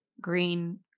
green